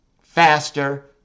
faster